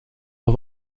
auf